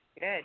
Good